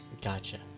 Gotcha